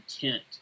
intent